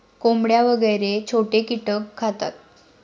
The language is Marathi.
कोंबड्या वगैरे छोटे कीटक खातात